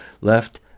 left